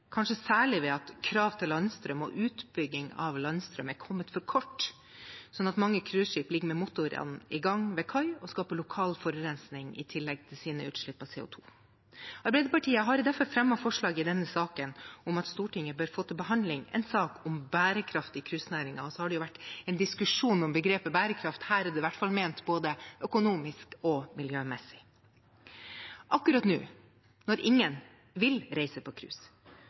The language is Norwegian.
kanskje særlig ved at krav til landstrøm og utbygging av landstrøm er kommet for kort, sånn at mange cruiseskip ligger med motorene i gang ved kai og skaper lokal forurensning i tillegg til sine utslipp av CO 2 . Arbeiderpartiet har derfor fremmet et forslag i denne saken om at Stortinget bør få til behandling en sak om bærekraft i cruisenæringen. Det har jo vært en diskusjon om begrepet «bærekraft», her er det i hvert fall ment både økonomisk og miljømessig. Akkurat nå, når ingen vil reise på